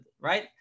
right